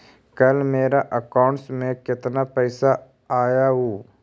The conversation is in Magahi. कल मेरा अकाउंटस में कितना पैसा आया ऊ?